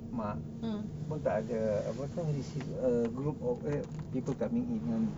mak pun tak ada receive a group of eh people coming in kan